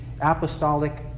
apostolic